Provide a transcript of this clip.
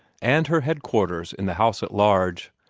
and her headquarters in the house at large,